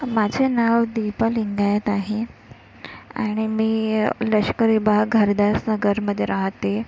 माझे नाव दीपा लिंगायत आहे आणि मी लष्कर विभाग हरदास नगरमध्ये राहते